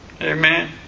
Amen